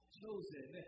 chosen